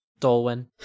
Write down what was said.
Dolwyn